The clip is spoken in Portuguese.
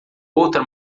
outra